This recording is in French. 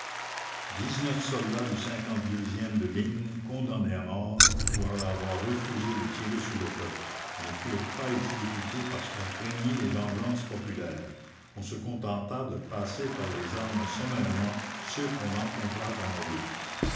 dix-neuf soldats du e de ligne condamnés à mort pour avoir refusé de tirer sur le peuple ne furent pas exécutés parce qu'on craignit les vengeances populaires on se contenta de passer par les armes sommairement ceux qu'on rencontra dans la lutte